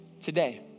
today